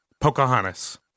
Pocahontas